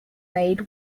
made